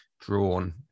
drawn